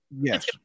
yes